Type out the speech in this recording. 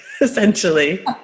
essentially